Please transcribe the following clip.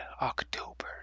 October